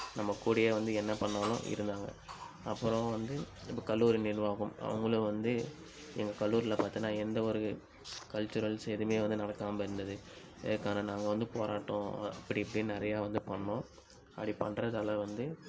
நம்மக் கூடையே வந்து என்ன பண்ணாலும் இருந்தாங்க அப்புறோம் வந்து இப்போ கல்லூரி நிர்வாகம் அவங்களும் வந்து எங்க கல்லூரில பார்த்தன்னா எந்தவொரு கல்ச்சுரல்ஸ் எதுவுமே வந்து நடக்காமல் இருந்தது இதற்கான நாங்கள் வந்து போராட்டம் அப்படி இப்படின்னு நிறையா வந்து பண்ணோம் அப்படி பண்ணுறதால வந்து